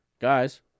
guys